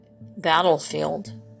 battlefield